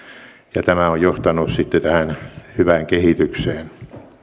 ja tämä on johtanut sitten tähän hyvään kehitykseen